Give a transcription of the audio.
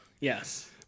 Yes